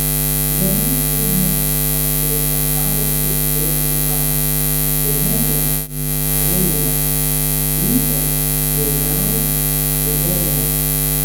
žemaičiai mėgstą ir uogauti ir grybauti ir medžioti žvejoti ypač vėžiauti su varle